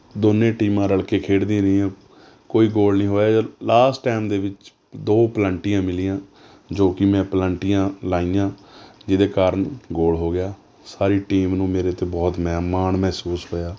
ਦੋਨੇ ਟੀਮਾਂ ਰਲ ਕੇ ਖੇਡਦੀਆਂ ਰਹੀਆਂ ਕੋਈ ਗੋਲ ਨਹੀਂ ਹੋਇਆ ਜਦ ਲਾਸਟ ਟਾਇਮ ਦੇ ਵਿੱਚ ਦੋ ਪਲੰਟੀਆਂ ਮਿਲੀਆਂ ਜੋ ਕਿ ਮੈਂ ਪਲੰਟੀਆਂ ਲਾਈਆਂ ਜਿਹਦੇ ਕਾਰਨ ਗੋਲ ਹੋ ਗਿਆ ਸਾਰੀ ਟੀਮ ਨੂੰ ਮੇਰੇ 'ਤੇ ਬਹੁਤ ਮੈਂ ਮਾਣ ਮਹਿਸੂਸ ਹੋਇਆ